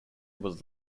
was